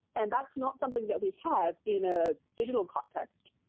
and that's not something that we have in a digital context,